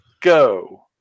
go